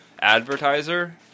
advertiser